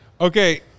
Okay